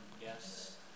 Yes